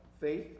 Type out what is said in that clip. faith